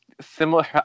similar